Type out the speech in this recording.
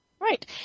Right